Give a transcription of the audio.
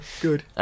Good